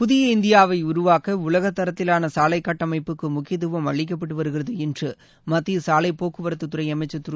புதிய இந்தியாவை உருவாக்க உலகத் தரத்திலான சாலை கட்டமைப்புக்கு முக்கியத்துவம் அளிக்கப்பட்டு வருகிறது என்று மத்திய சாலைப் போக்குவரத்துத் துறை அமைச்சர் திரு